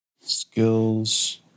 Skills